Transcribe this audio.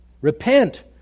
Repent